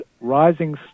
rising